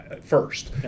first